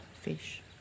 fish